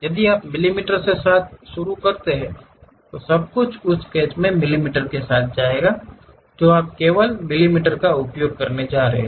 यदि आप मिमी के साथ शुरू करते हैं तो सब कुछ उस स्केच में मिमी के साथ जाता है जो आप केवल मिमी का उपयोग करने जा रहे हैं